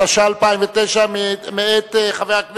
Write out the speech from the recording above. התש"ע 2009, נתקבלה.